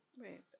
Right